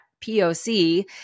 POC